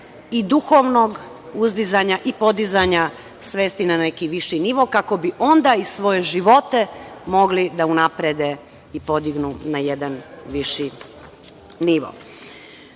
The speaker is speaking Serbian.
i duhovnog uzdizanja i podizanja svesti na neki viši nivo, kako bi onda i svoje živote mogli da unaprede i podignu na jedan viši nivo. Dake,